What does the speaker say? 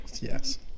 Yes